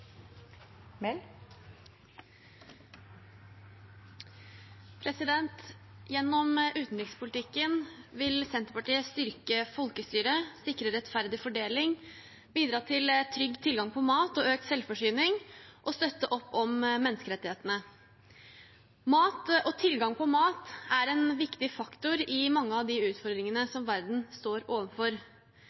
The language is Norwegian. Gjennom utenrikspolitikken vil Senterpartiet styrke folkestyret, sikre rettferdig fordeling, bidra til trygg tilgang på mat og økt selvforsyning og støtte opp om menneskerettighetene. Mat og tilgang på mat er en viktig faktor i mange av de utfordringene som verden står overfor.